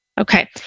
okay